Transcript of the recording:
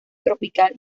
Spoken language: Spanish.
tropical